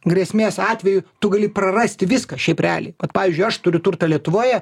grėsmės atveju tu gali prarasti viską šiaip realiai vat pavyzdžiui aš turiu turtą lietuvoje